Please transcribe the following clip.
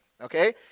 okay